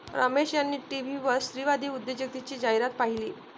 रमेश यांनी टीव्हीवर स्त्रीवादी उद्योजकतेची जाहिरात पाहिली